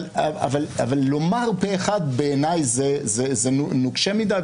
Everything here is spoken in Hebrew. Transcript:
אבל לומר פה אחד בעיניי זה נוקשה מדי,